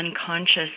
unconscious